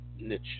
niche